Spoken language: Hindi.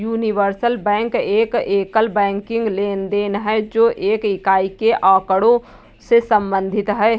यूनिवर्सल बैंक एक एकल बैंकिंग लेनदेन है, जो एक इकाई के आँकड़ों से संबंधित है